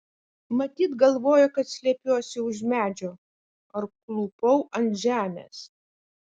matyt galvojo kad slepiuosi už medžio ar klūpau ant žemės